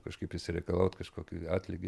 kažkaip išsireikalaut kažkokį atlygį